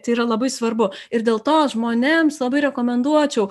tai yra labai svarbu ir dėl to žmonėms labai rekomenduočiau